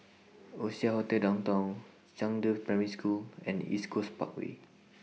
Oasia Hotel Downtown Zhangde Primary School and East Coast Parkway